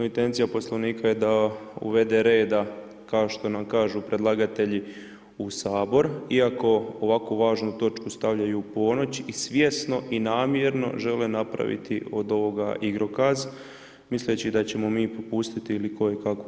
Intencija Poslovnika je da uvede reda kao što nam kažu predlagatelji u Sabor, iako ovako važnu točku stavljaju u ponoć i svjesno i namjerno žele napraviti od ovoga igrokaz misleći da ćemo mi popustiti ili kojekakvo.